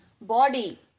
body